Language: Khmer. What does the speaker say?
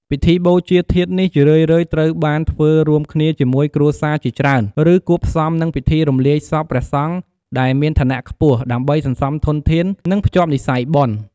ពិធីបូជាធាតុនេះ ជារឿយៗត្រូវបានធ្វើរួមគ្នាជាមួយគ្រួសារជាច្រើន ឬគួបផ្សំនឹងពិធីរំលាយសពព្រះសង្ឃដែលមានឋានៈខ្ពស់ ដើម្បីសន្សំធនធាន និងភ្ជាប់និស្ស័យបុណ្យ។